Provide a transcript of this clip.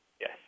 Yes